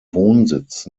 wohnsitz